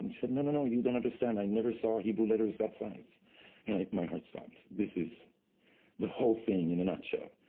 said, no, no, no, you don't understand. i never saw hebrew letters that size, and my heart stopped. this is the whole thing in a nutshell.